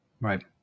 Right